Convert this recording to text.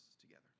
together